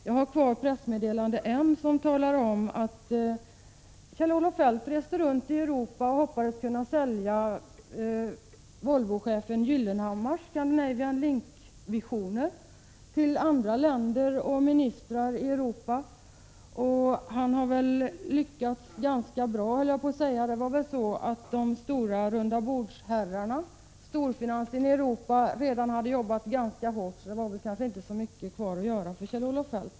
Jag har kvar ett pressmeddelande där det står att Kjell-Olof Feldt reste runt i Europa och hoppades kunna ”sälja” Volvochefen Gyllenhammars Scandinavian Link-visioner till olika ministrar och olika länder i Europa. Han har väl ”lyckats” rätt bra, får man säga. De stora rundabordsherrarna — storfinansen i Europa — hade redan jobbat ganska hårt, så det var kanske inte så mycket kvar att göra för Kjell-Olof Feldt.